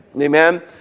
Amen